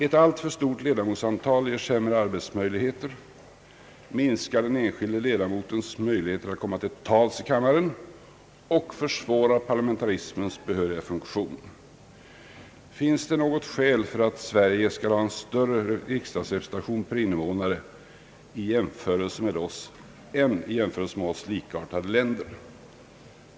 Ett alltför stort ledamotsantal ger sämre arbetsmöjligheter, minskar den enskilde ledamotens möjligheter att komma till tals i kammaren och försvårar parlamentarismens behöriga funktion. Finns det något skäl för att Sverige skall ha en större riksdagsrepresentation per invånare än med oss likartade länder?